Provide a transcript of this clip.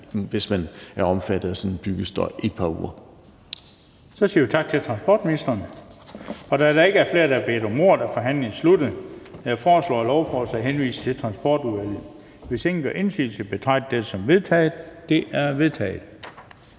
16:59 Den fg. formand (Bent Bøgsted): Så siger vi tak til transportministeren. Da der ikke er flere, der har bedt om ordet, er forhandlingen sluttet. Jeg foreslår, at lovforslaget henvises til Transportudvalget. Hvis ingen gør indsigelse, betragter jeg det som vedtaget. Det er vedtaget.